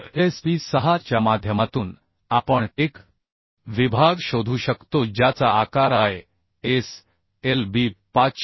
तरSP6 च्या माध्यमातून आपण एक विभाग शोधू शकतो ज्याचा आकार ISLB